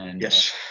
Yes